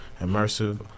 immersive